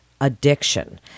addiction